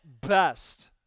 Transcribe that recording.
best